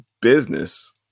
business